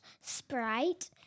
Sprite